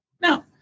Now